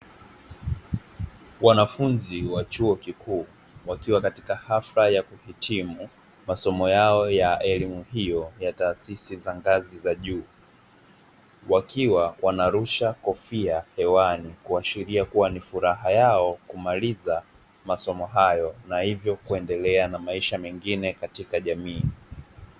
Wanafunzi wa chuo kikuu wakiwa katika hafla ya kuhitimu masomo yao ya elimu hiyo ya taasisi za ngazi za juu, wakiwa wanarusha kofia hewani kuashiria kua ni furaha yao kumaliza masomo hayo na hivyo kuendelea na maisha mengine katika jamii.